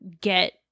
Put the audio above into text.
get